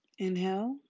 Inhale